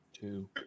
two